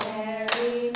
Mary